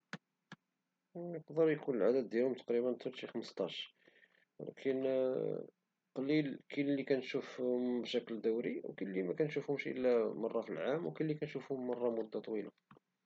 يقدر يكون العدد ديالهم شي خمصطاش ولكن كاين لي كنسوف بشكل دوري وكاين لي مكنشوفوم مرة في العام وكاين لي كنشوفوم مرة في مدة طويلة.